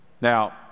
Now